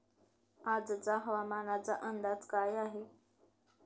आजचा हवामानाचा अंदाज काय आहे?